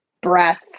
breath